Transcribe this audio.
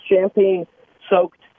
champagne-soaked